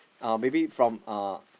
uh maybe from uh